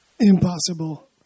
Impossible